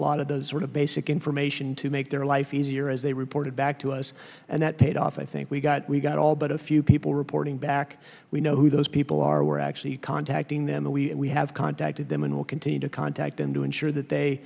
lot of those sort of basic information to make their life easier as they reported back to us and that paid off i think we got we got all but a few people reporting back we know who those people are we're actually contacting them we have contacted them and we'll continue to contact them to ensure that they